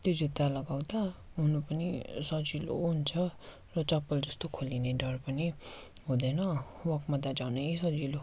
त्यो जुत्ता लगाउँदा हुनु पनि सजिलो हुन्छ र चप्पल जस्तो खोलिने डर पनि हुँदैन वकमा त झनै सजिलो